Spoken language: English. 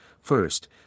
first